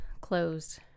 closed